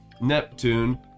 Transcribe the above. Neptune